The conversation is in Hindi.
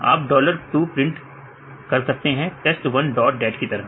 आप 2 प्रिंट कर सकते हैं test1dat की तरह